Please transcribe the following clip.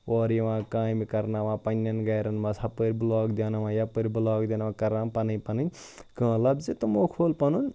اورٕ یِوان کامہِ کَرناوان پنٛنٮ۪ن گَرن منٛز ہَپٲرۍ بٕلاک دیناوان یَپٲرۍ بٕلاک دیناوان کَران پَںٕنۍ پَنٕںۍ کٲم لفظِ تمو کھول پَنُن